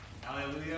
Hallelujah